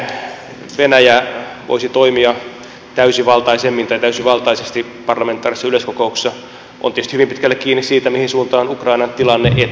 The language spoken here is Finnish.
se miten venäjä voisi toimia täysivaltaisesti parlamentaarisessa yleiskokouksessa on tietysti hyvin pitkälle kiinni siitä mihin suuntaan ukrainan tilanne etenee